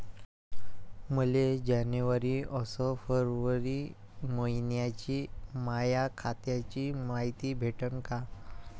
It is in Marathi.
मले जनवरी अस फरवरी मइन्याची माया खात्याची मायती भेटन का?